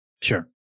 Sure